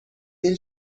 این